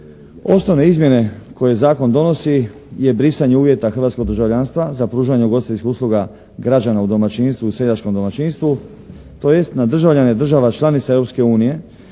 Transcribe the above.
Ostale izmjene koje zakon donosi je brisanje uvjeta hrvatskog državljanstva za pružanje ugostiteljskih usluga građana u domaćinstvu, u seljačkom domaćinstvu tj. na državljane država članica